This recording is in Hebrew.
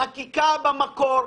החקיקה במקור,